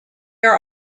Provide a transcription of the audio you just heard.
are